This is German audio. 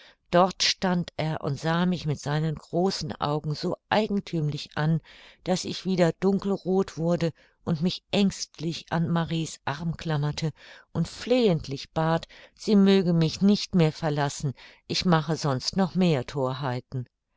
dort stand er und sah mich mit seinen großen augen so eigenthümlich an daß ich wieder dunkelroth wurde und mich ängstlich an marie's arm klammerte und flehentlich bat sie möge mich nicht mehr verlassen ich mache sonst noch mehr thorheiten